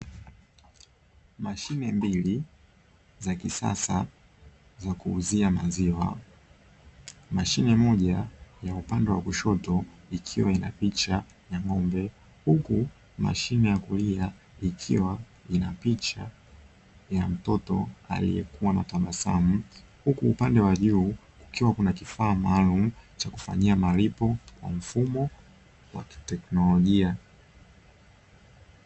Mashine mbili za kisasa za kuuzia maziwa; mashine moja ya upande wa kushoto ikiwa inapicha ya ng'ombe, huku mashine ya kulia ikiwa ina picha ya mtoto aliyekuwa anatabasamu, huku upande wa juu kukiwa kuna kifaa maalumu cha kufanyia malipo kwa mfumo wa kiteknolojia.